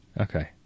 Okay